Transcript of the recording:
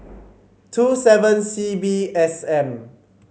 two seven C B S M